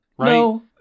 no